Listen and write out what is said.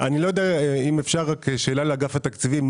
אם אפשר רק שאלה לאגף התקציבים.